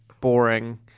boring